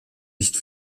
nicht